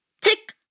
tick